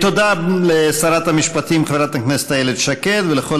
תודה לשרת המשפטים חברת הכנסת איילת שקד ולכל